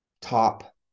top